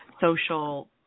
social